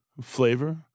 flavor